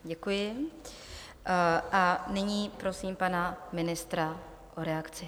Děkuji a nyní prosím pana ministra o reakci.